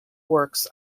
works